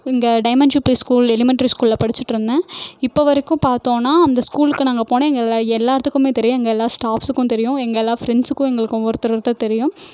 இங்க டைமண்ட் ஷிப்ரி school elementary ஸ்கூலில் படித்திட்ருந்தேன் இப்போ வரைக்கும் பார்த்தோன்னா அந்த ஸ்கூலுக்கு நாங்கள் போனால் எங்கள் எல்லா எல்லார்த்துக்குமே தெரியும் எங்கள் எல்லா ஸ்டாஃப்ஸுக்கும் தெரியும் எங்கள் எல்லா ஃப்ரெண்ட்ஸுக்கும் எங்களுக்கும் ஒருத்தர் ஒருத்தர் தெரியும்